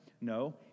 No